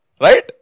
Right